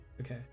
okay